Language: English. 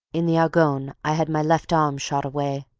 in the argonne i had my left arm shot away.